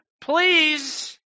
please